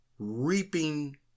reaping